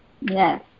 Yes